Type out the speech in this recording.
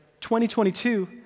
2022